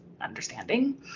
understanding